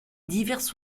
diverses